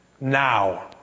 now